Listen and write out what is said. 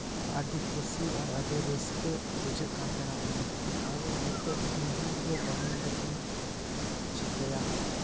ᱟᱹᱰᱤ ᱠᱩᱥᱤ ᱟᱨ ᱟᱹᱰᱤ ᱨᱟᱹᱥᱠᱟᱹ ᱵᱩᱡᱷᱟᱹᱜ ᱠᱟᱱ ᱛᱟᱦᱮᱸᱱᱟ ᱩᱱ ᱡᱚᱠᱷᱚᱱ ᱟᱫᱚ ᱱᱤᱛᱚᱜ ᱱᱤᱦᱟᱹᱛ ᱜᱮ ᱵᱟᱹᱱᱩᱭ ᱜᱮᱛᱮ ᱪᱤᱠᱟᱹᱭᱟ